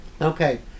Okay